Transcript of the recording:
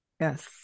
Yes